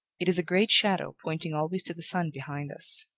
it is a great shadow pointing always to the sun behind us.